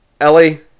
Ellie